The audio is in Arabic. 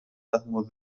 فهم